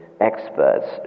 experts